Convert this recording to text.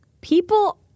people